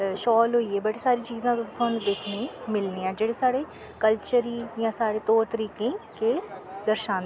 शाल होईये बड़ी सारी चीजां तुहानूं दिक्खने मिलनियां जेह्ड़ी साढ़े कल्चर गी जां साढ़े तौर तरीकें गा दर्शांदियां न